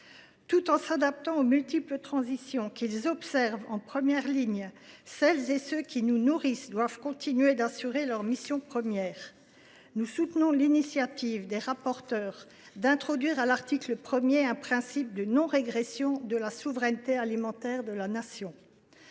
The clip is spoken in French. Tout en s’adaptant aux multiples transitions qu’ils observent en première ligne, celles et ceux qui nous nourrissent doivent continuer d’assurer leur mission première. Nous soutenons l’initiative des rapporteurs d’introduire à l’article 1 un principe de non régression de la souveraineté alimentaire de la Nation.